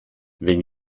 wenn